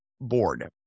Board